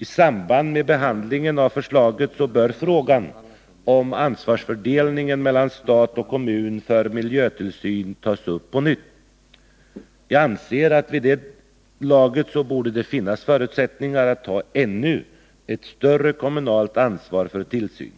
I samband med behandlingen av förslaget bör frågan om ansvarsfördelningen mellan stat och kommun för miljötillsyn tas upp på nytt. Jag anser att det vid det laget borde finnas förutsättningar att ta ett ännu större kommunalt ansvar för tillsynen.